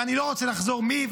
ואני לא רוצה לחזור מי,